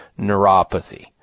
neuropathy